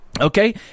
Okay